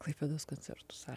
klaipėdos koncertų salė